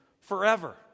forever